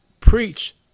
Preach